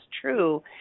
true